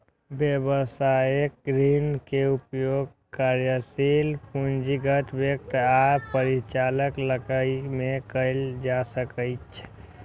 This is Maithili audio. व्यवसायिक ऋण के उपयोग कार्यशील पूंजीगत व्यय आ परिचालन लागत मे कैल जा सकैछ